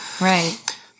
Right